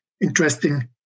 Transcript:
interesting